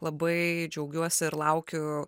labai džiaugiuosi ir laukiu